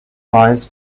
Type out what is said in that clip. files